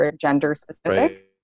gender-specific